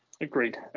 agreed